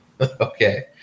Okay